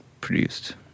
produced